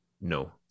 no